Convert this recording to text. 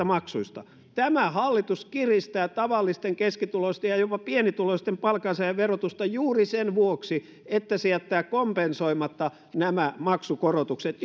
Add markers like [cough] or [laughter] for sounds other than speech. [unintelligible] maksuista tämä hallitus kiristää tavallisten keskituloisten ja jopa pienituloisten palkansaajien verotusta juuri sen vuoksi että se jättää kompensoimatta nämä maksukorotukset [unintelligible]